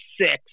six